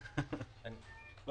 אבל